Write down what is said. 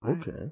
Okay